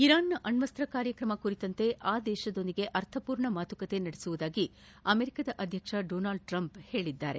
ಇರಾನ್ನ ಅಣ್ಣಸ್ತ ಕಾರ್ಯಕ್ರಮ ಕುರಿತಂತೆ ಆ ದೇಶದೊಂದಿಗೆ ಅರ್ಥಪೂರ್ಣ ಮಾತುಕತೆ ನಡೆಸುವುದಾಗಿ ಅಮೆರಿಕ ಅಧ್ಯಕ್ಷ ಡೊನಾಲ್ಡ್ ಟ್ರಂಪ್ ಹೇಳಿದ್ದಾರೆ